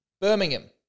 Birmingham